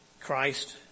Christ